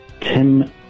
Tim